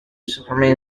superman